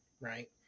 right